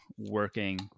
working